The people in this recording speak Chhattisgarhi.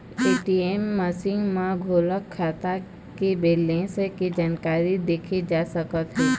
ए.टी.एम मसीन म घलोक खाता के बेलेंस के जानकारी देखे जा सकत हे